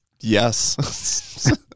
Yes